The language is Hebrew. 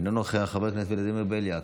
אינו נוכח, חבר הכנסת ולדימיר בליאק,